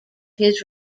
his